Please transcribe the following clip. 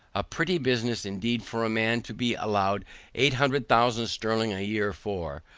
a pretty business indeed for a man to be allowed eight hundred thousand sterling a year for,